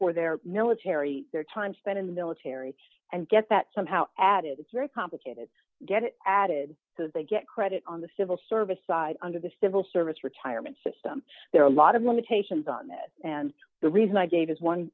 for their military their time spent in the military and get that somehow added it's very complicated get it added so they get credit on the civil service side under the civil service retirement system there are a lot of limitations on it and the reason i gave is one